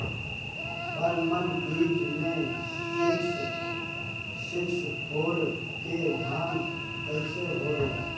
परमल बीज मे सिक्स सिक्स फोर के धान कईसन होला?